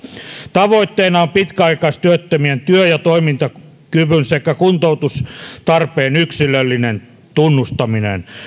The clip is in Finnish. tavoitteena on pitkäaikaistyöttömien työ ja toimintakyvyn sekä kuntoutustarpeen yksilöllinen tunnistaminen